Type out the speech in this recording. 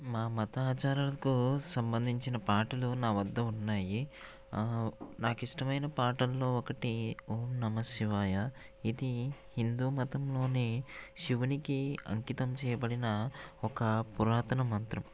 మా మత ఆచారాలకు సంబంధించిన పాటలు నా వద్ద ఉన్నాయి నాకు ఇష్టమైన పాటల్లో ఒకటి ఓం నమశ్శివాయ ఇది హిందూ మతంలోని శివునికి అంకితం చేయబడిన ఒక పురాతన మంత్రం